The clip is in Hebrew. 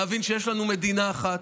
להבין שיש לנו מדינה אחת,